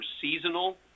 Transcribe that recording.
seasonal